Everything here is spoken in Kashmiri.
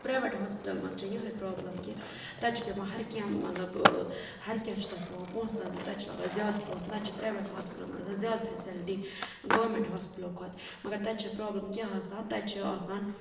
پرٛایویٹ ہاسپٹل منٛز چھےٚ یِہٕے پرٛابلٕم کہِ تَتہِ چھِ پیٚوان ہرکینٛہہ مطلب ہرکینٛہہ چھُ تَتھ پیٚوان پونٛسہٕ تانۍ دیُن تَتہِ چھِ لَگان زیادٕ پونٛسہٕ نَتہٕ چھِ پرٛایویٹ ہاسپِٹَلَن منٛز اگر زیادٕ فیسَلٹی گورمٮ۪نٛٹ ہاسپِٹَلو کھۄتہٕ مگر تَتہِ چھےٚ پرٛابلِم کیٛاہ آسان تَتہِ چھِ آسان